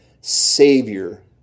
Savior